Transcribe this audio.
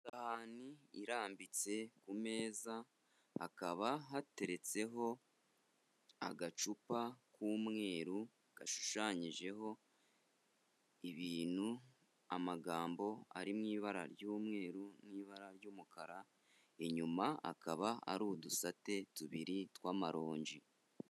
Isahani irambitse ku meza, hakaba hateretseho agacupa k'umweru gashushanyijeho ibintu, amagambo ari mu ibara ry'umweru n'ibara ry'umukara, inyuma hakaba hari udusate tubiri tw'amaronji.